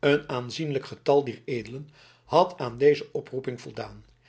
een aanzienlijk getal dier edelen had aan deze oproeping voldaan